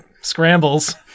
scrambles